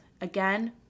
Again